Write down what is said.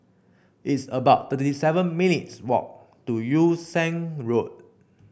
it's about thirty seven minutes' walk to Yew Siang Road